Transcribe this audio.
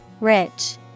rich